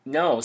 no